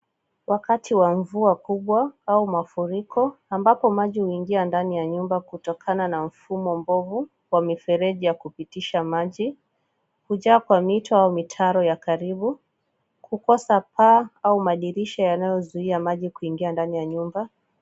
Wakati wa mvua kubwa au mafuriko, ambapo maji huingia ndani ya nyumba kutokana na mfumo mbovu wa mifereji ya kupitisha maji. Hujaa kwa mito au mitaro ya karibu, kukosa paa au madirisha yanayo zuia maji kuingia ndani ya nyumba.